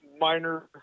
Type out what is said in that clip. minor